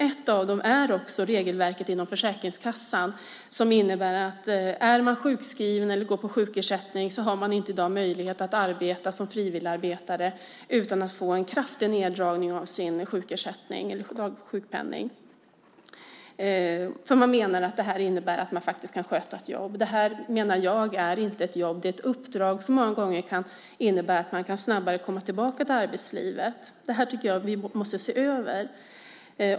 En av dem är också regelverket inom Försäkringskassan, som innebär att om man är sjukskriven eller går på sjukersättning så har man inte i dag möjlighet att arbeta som frivilligarbetare utan att få en kraftig neddragning av sin sjukersättning eller sjukpenning. Man menar att det här innebär att man faktiskt kan sköta ett jobb. Det här menar jag inte är ett jobb. Det är ett uppdrag som många gånger kan innebära att man snabbare kan komma tillbaka till arbetslivet. Det här tycker jag att vi måste se över.